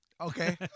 Okay